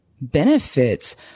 benefits